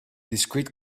discrete